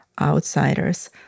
outsiders